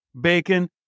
Bacon